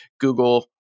Google